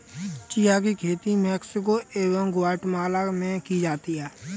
chia की खेती Mexico एवं ग्वाटेमाला में की जाती है